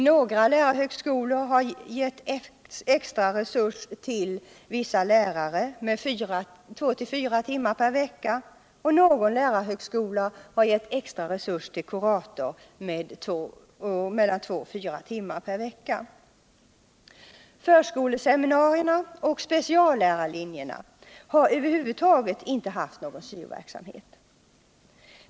Några lärarhögskolor har givit extraresurs till vissa lärare med 2-4 ummar per vecka, och någon lärarhögskola har givit extra resurs till kurator med mellan 2 och 4 timmar per vecka. 151 Förskoleseminarierna och speciallärarlinjerna har över huvud taget inte haft någon syöo-verksamhet.